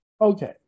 Okay